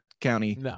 county